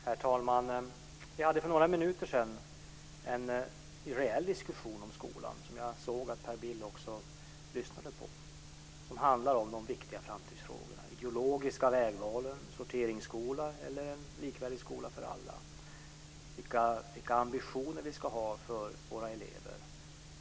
Herr talman! Vi hade för några minuter sedan en rejäl diskussion om skolan, som jag såg att också Per Bill lyssnade på. Den handlade om de viktiga framtidsfrågorna, om de ideologiska vägvalen, om en sorteringsskola eller en likvärdig skola för alla, om vilka ambitioner vi ska ha för våra elever.